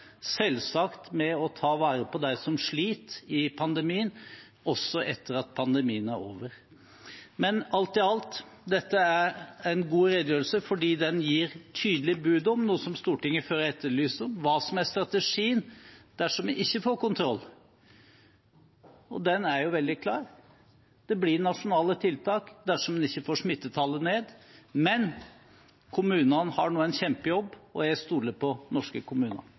selvsagt med å ta vare på dem som sliter i pandemien, også etter at pandemien er over. Alt i alt er dette en god redegjørelse fordi den bærer tydelig bud om, noe Stortinget før har etterlyst, hva som er strategien dersom vi ikke får kontroll, og den er jo veldig klar: Det blir nasjonale tiltak dersom en ikke får smittetallet ned. Men kommunene har nå en kjempejobb, og jeg stoler på norske kommuner.